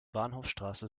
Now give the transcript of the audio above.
bahnhofsstraße